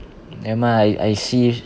nevermind ah I I see